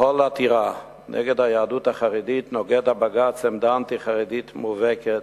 בכל עתירה נגד היהדות החרדית בג"ץ נוקט עמדה אנטי-חרדית מובהקת.